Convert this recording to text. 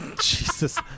Jesus